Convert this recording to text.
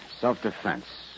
Self-defense